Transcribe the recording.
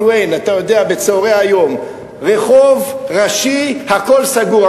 ויין ב"בצהרי היום": רחוב ראשי והכול סגור.